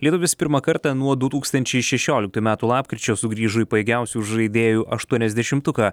lietuvis pirmą kartą nuo du tūkstančiai šešioliktųjų metų lapkričio sugrįžo į pajėgiausių žaidėjų aštuoniasdešimtuką